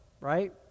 right